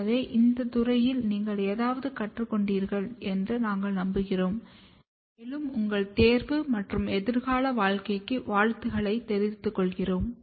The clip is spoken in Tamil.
எனவே இந்தத் துறையில் நீங்கள் ஏதாவது கற்றுக் கொண்டீர்கள் என்று நாங்கள் நம்புகிறோம் மேலும் உங்கள் தேர்வு மற்றும் எதிர்கால வாழ்க்கைக்கும் வாழ்த்துக்களைத் தெரிவித்துக் கொள்கிறோம்